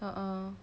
ah ah